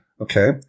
Okay